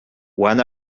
one